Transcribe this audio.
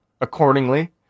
accordingly